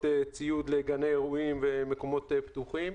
ציוד לגני אירועים ומקומות פתוחים.